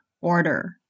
Order